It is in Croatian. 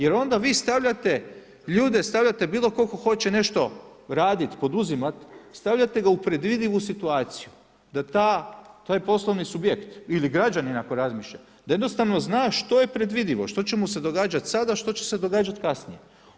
Jer onda vi stavljate ljude ,stavljate bilo tko hoće nešto radit, poduzimat, stavljate ga u predvidivu situaciju, to je poslovni subjekt ili građanin ako razmišlja, da jednostavno zna što je predvidivo, što će mu se događat sada, što će se događat kasnije.